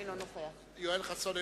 אינו נוכח ובכן,